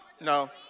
No